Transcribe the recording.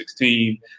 2016